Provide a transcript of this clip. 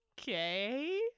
okay